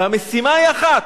והמשימה היא אחת: